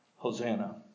Hosanna